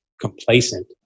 complacent